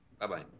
Bye-bye